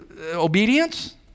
obedience